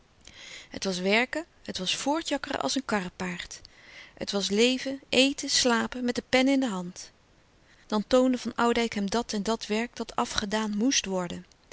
het was werken het was voortjakkeren als een karrepaard het was leven eten slapen met de pen in de hand dan toonde van oudijck hem dat en dat werk dat afgedaan moest worden